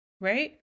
right